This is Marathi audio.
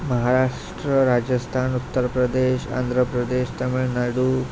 महाराष्ट्र राजस्तान उत्तर प्रदेश आंद्र प्रदेश तमिळनाडू